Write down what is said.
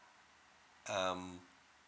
um